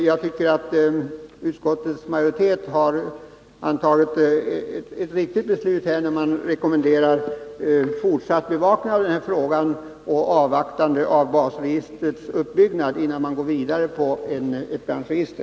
Jag tycker att utskottets majoritet har fattat ett riktigt beslut, när den rekommenderar fortsatt bevakning av den här frågan och avvaktande av basregistrets uppbyggnad innan man går vidare med ett branschregister.